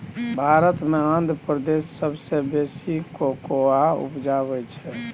भारत मे आंध्र प्रदेश सबसँ बेसी कोकोआ उपजाबै छै